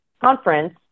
conference